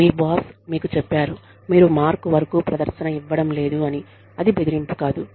మీ boss మీకు చెప్పారు మీరు మార్క్ వరకు ప్రదర్శన ఇవ్వడం లేదు అని అది బెదిరింపు కాదు